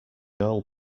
oil